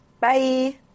bye